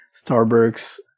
Starbucks